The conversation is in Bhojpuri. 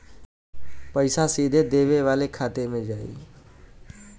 पइसा सीधे देवे वाले के खाते में जाई